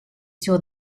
sur